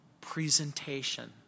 presentation